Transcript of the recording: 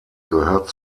gehört